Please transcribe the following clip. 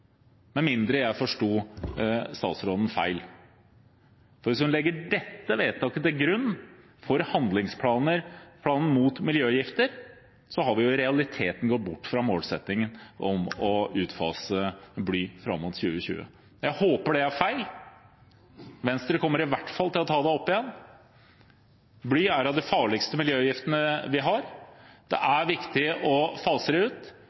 med mindre jeg forsto statsråden feil. For hvis hun legger dette vedtaket til grunn for handlingsplanen mot miljøgifter, har vi i realiteten gått bort fra målsettingen om å fase ut bly fram mot 2020. Jeg håper det er feil – Venstre kommer i hvert fall til å ta det opp igjen. Bly er av de farligste miljøgiftene vi har. Det er viktig å fase det ut.